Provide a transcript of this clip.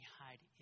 hide